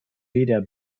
weder